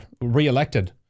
re-elected